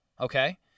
okay